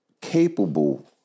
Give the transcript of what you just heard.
capable